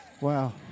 Wow